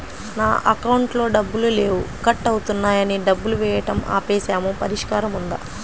నా అకౌంట్లో డబ్బులు లేవు కట్ అవుతున్నాయని డబ్బులు వేయటం ఆపేసాము పరిష్కారం ఉందా?